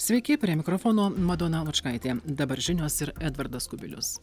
sveiki prie mikrofono madona lučkaitė dabar žinios ir edvardas kubilius